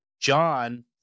John